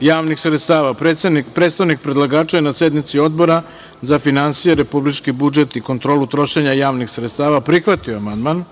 javnih sredstava. Predstavnik predlagača je na sednici Odbora za finansije, republički budžet i kontrolu trošenja javnih sredstava prihvatio amandman.